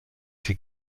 sie